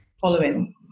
following